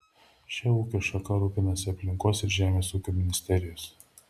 šia ūkio šaka rūpinasi aplinkos ir žemės ūkio ministerijos